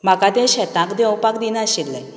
म्हाका तें शेतात देंवपाक दिनाशिल्ले